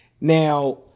Now